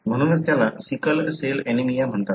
म्हणूनच त्याला sickle cell anaemia म्हणतात